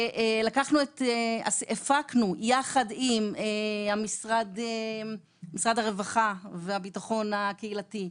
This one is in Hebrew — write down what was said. והפקנו יחד עם משרד הרווחה והביטחון הקהילתי,